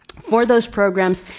for those programs,